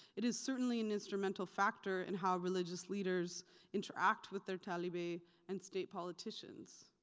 it is certainly an instrumental factor in how religious leaders interact with their taliba and state politicians.